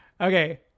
Okay